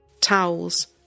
towels